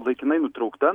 laikinai nutraukta